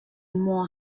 moi